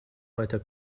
weiter